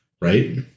Right